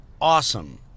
awesome